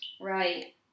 Right